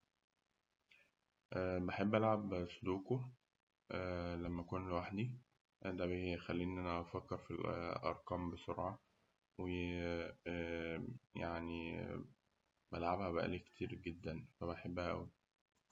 بحب ألعب سودكو لما أكون لوحدي، ده بيخليني إن أنا أفكر في الأرقام بسرعة، و يعني بلعبها بقالي كتير جداً فبحبها أوي.